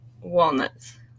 walnuts